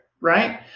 right